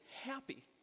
happy